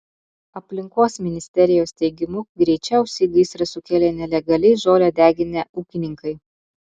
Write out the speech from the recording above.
aplinkos ministerijos teigimu greičiausiai gaisrą sukėlė nelegaliai žolę deginę ūkininkai